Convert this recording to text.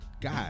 God